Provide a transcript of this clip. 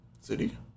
City